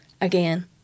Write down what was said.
Again